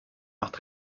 macht